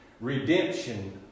Redemption